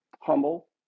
humble